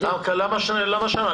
למה שנה?